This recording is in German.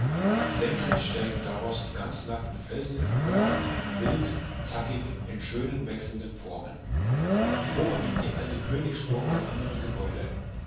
senkrecht steigen daraus die ganz nackten felsen empor wild zackig in schönen wechselnden formen hoch liegt die alte königsburg und andere alte gebäude